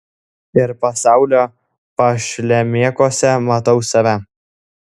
ir pasaulio pašlemėkuose matau save